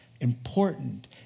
important